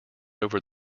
over